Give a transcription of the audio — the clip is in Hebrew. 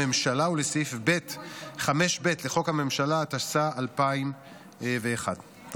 הממשלה ולסעיף 5ב לחוק הממשלה, התשס"א 2001. תודה.